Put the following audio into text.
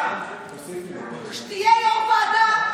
כשתהיה יו"ר ועדה,